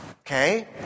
Okay